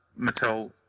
Mattel